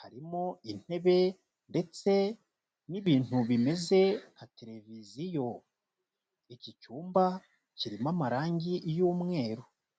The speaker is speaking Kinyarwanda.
harimo intebe, ndetse n'ibintu bimeze nka televiziyo, iki cyumba kirimo amarangi y'umweru.